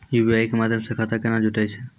UPI के माध्यम से खाता केना जुटैय छै?